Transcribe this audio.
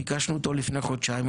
ביקשנו אותו לפני חודשיים,